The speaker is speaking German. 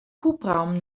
hubraum